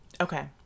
Okay